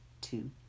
two